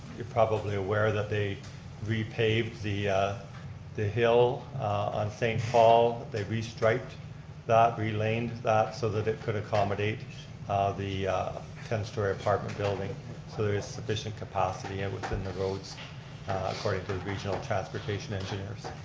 you're probably aware that they repaved the the hill on st. paul. they restriped that, relaned that, so that it could accommodate the ten story apartment building so it's sufficient capacity yeah within the roads according to the regional transportation engineers.